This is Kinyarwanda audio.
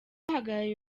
uhagarariye